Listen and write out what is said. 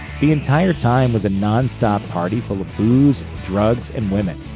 the entire time was a non-stop party full of booze, drugs, and women.